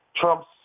Trump's